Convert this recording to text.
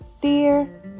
fear